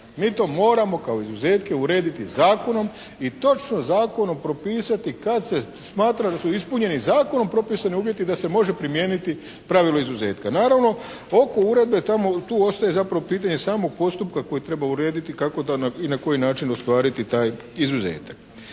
Mi to moramo kao izuzetke urediti zakonom i točno zakonom propisati kad se smatra da su ispunjeni zakonom propisani uvjeti da se može primijeniti pravilo izuzetka. Naravno oko uredbe tamo, tu ostaje zapravo pitanje samog postupka koji treba urediti kako i na koji način ostvariti taj izuzetak.